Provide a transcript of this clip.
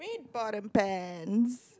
pot and pans